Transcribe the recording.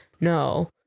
No